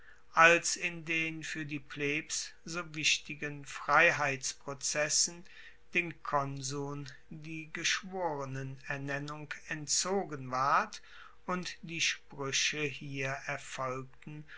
als in den fuer die plebs so wichtigen freiheitsprozessen den konsuln die geschworenenernennung entzogen ward und die sprueche hier erfolgten